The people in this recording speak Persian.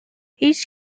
هیچ